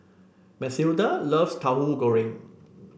Mathilda loves Tahu Goreng